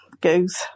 goes